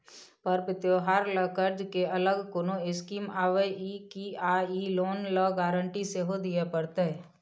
पर्व त्योहार ल कर्ज के अलग कोनो स्कीम आबै इ की आ इ लोन ल गारंटी सेहो दिए परतै?